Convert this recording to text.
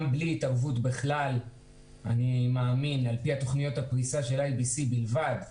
גם בלי התערבות בכלל אני מאמין על פי תוכניות הפריסה של IBC בלבד,